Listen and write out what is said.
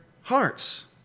hearts